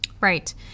Right